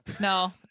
No